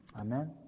Amen